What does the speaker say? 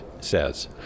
says